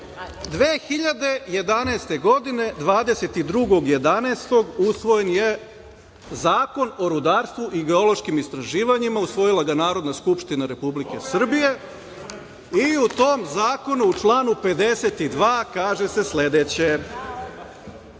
2011. godine, 22. novembra, usvojen je Zakon o rudarstvu i geološkim istraživanjima, usvojila ga Narodna Skupština i u tom zakonu u članu 52. kaže se sledeće